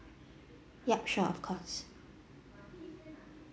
yup sure of course